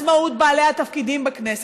עצמאות בעלי התפקידים בכנסת,